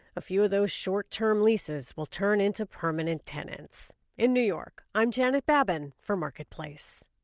a few of those short term leases will turn into permanent tenants in new york, i'm janet babin for marketplace